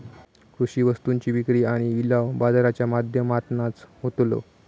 कृषि वस्तुंची विक्री आणि लिलाव बाजाराच्या माध्यमातनाच होतलो